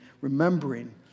remembering